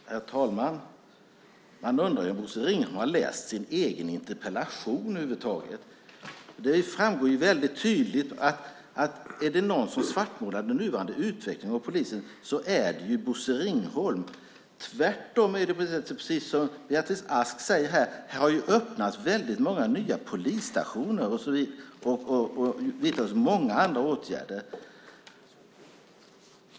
Herr talman! Man kan undra om Bosse Ringholm över huvud taget har läst sin egen interpellation. Det framgår ju väldigt tydligt att om det är någon som svartmålar den nuvarande utvecklingen av polisen är det Bosse Ringholm. Det är tvärtom så, som Beatrice Ask här säger, att det har öppnats väldigt många nya polisstationer här, och många andra åtgärder har vidtagits.